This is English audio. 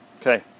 Okay